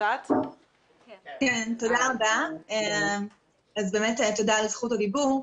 תודה על זכות הדיבור.